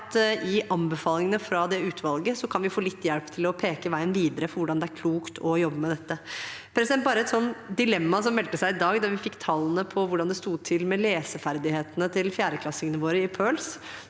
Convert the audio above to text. anbefalingene fra utvalget kan vi få litt hjelp til å peke ut veien videre for hvordan det er klokt å jobbe med dette. Et dilemma meldte seg i dag da vi fikk tallene i PIRLS på hvordan det sto til med leseferdighetene til fjerdeklassingene våre. Foreldrene